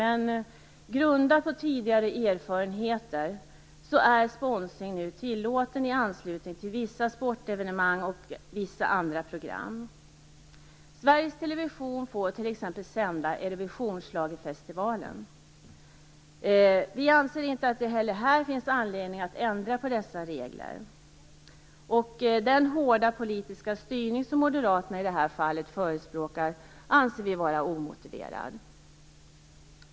Men grundat på tidigare erfarenheter är sponsring tillåten i anslutning till vissa sportevenemang och vissa andra program. Sveriges Television får t.ex. sända Eurovisionsschlagerfestivalen. Vi anser inte heller att det här finns anledning att ändra på dessa regler. Den hårda politiska styrning som Moderaterna i det här fallet förespråkar är omotiverad.